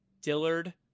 Dillard